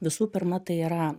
visų pirma tai yra